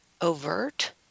overt